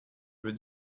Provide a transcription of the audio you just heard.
veux